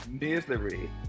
misery